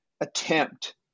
attempt